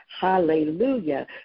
Hallelujah